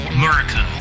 America